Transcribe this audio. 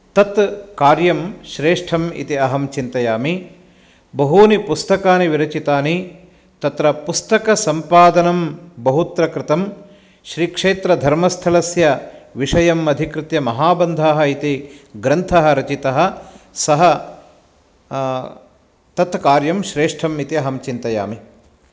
तत् कार्यं श्रेष्ठम् इति अहं चिन्तयामि बहूनि पुस्तकानि विरचितानि तत्र पुस्तकसम्पादनं बहुत्र कृतं श्रीक्षेत्रधर्मस्थलस्य विषयम् अधिकृत्य महाबन्धः इति ग्रन्थः रचितः सः तत्कार्यं श्रेष्ठमिति अहं चिन्तयामि